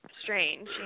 strange